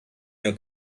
your